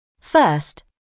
First